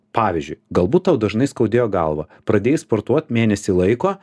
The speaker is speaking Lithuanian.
pavyzdžiui galbūt tau dažnai skaudėjo galvą pradėjai sportuot mėnesį laiko